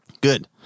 Good